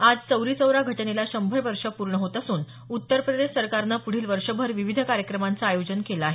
आज चौरी चौरा घटनेला शंभर वर्ष पूर्ण होत असून उत्तर प्रदेश सरकारनं पुढील वर्षभर विविध कार्यक्रमांचं आयोजन केलं आहे